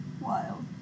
Wild